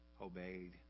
obeyed